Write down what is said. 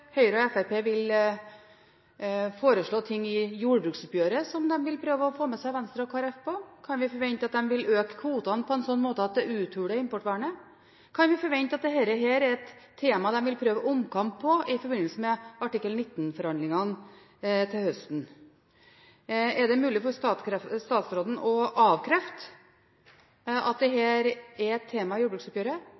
Høyre og Fremskrittspartiet vil foreslå ting i jordbruksoppgjøret som de vil prøve å få med seg Venstre og Kristelig Folkeparti på? Kan vi forvente at de vil øke kvotene på en slik måte at det uthuler importvernet? Kan vi forvente at dette er et tema de vil prøve å få omkamp på i forbindelse med artikkel 19-forhandlingene til høsten? Er det mulig for statsråden å avkrefte at